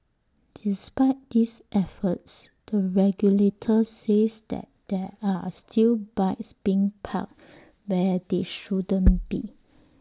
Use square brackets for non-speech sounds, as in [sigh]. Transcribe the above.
despite these efforts the regulator says there there are still bikes being parked where they shouldn't [noise] be